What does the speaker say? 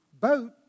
boat